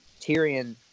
Tyrion